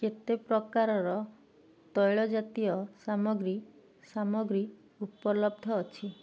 କେତେ ପ୍ରକାରର ତୈଳ ଜାତୀୟ ସାମଗ୍ରୀ ସାମଗ୍ରୀ ଉପଲବ୍ଧ ଅଛି